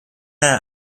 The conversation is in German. einer